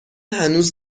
هنوز